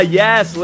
yes